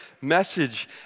message